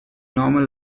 normal